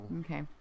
Okay